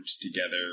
together